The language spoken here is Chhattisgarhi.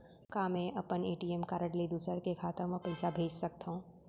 का मैं अपन ए.टी.एम कारड ले दूसर के खाता म पइसा भेज सकथव?